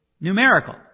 numerical